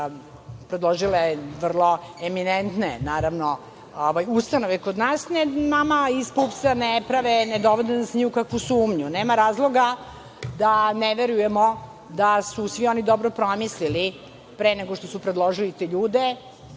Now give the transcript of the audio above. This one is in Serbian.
predložile vrlo eminentne ustanove kod nas, nas iz PUPS-a ne dovode ni u kakvu sumnju. Nema razloga da ne verujemo da su svi oni dobro promislili pre nego što su predložili te ljude.